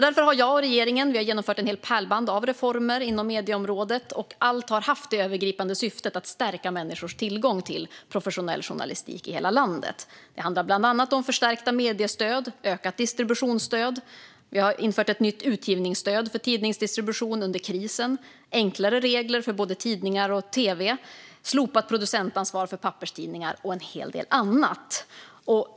Därför har jag och regeringen genomfört ett helt pärlband av reformer inom medieområdet. Allt har haft det övergripande syftet att stärka människors tillgång till professionell journalistik i hela landet. Det handlar bland annat om förstärkta mediestöd och ökat distributionsstöd. Vi har infört ett nytt utgivningsstöd för tidningsdistribution under krisen och enklare regler för både tidningar och tv, slopat producentansvar för papperstidningar och gjort en hel del annat.